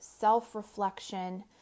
self-reflection